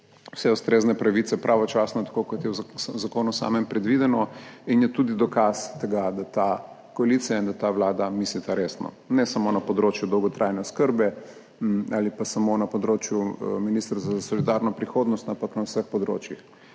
vse ustrezne pravice pravočasno. Tako kot je v zakonu samem predvideno in je tudi dokaz tega, da ta koalicija in da ta vlada mislita resno, ne samo na področju dolgotrajne oskrbe, ali pa samo na področju 14. TRAK: (NB) - 14.50 (Nadaljevanje) Ministrstva za solidarno prihodnost, ampak na vseh področjih.